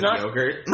yogurt